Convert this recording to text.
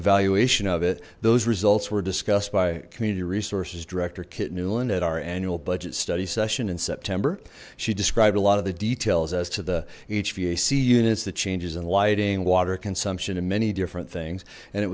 evaluation of it those results were discussed by community resources director kit nuland at our annual budget study session in september she described a lot of the details as to the hvac units that changes in lighting water consumption and many different things and it